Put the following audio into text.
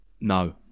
no